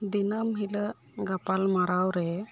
ᱫᱤᱱᱟᱹᱢ ᱦᱤᱞᱳᱜ ᱜᱟᱯᱟᱞ ᱢᱟᱨᱟᱣ ᱨᱮ